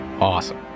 Awesome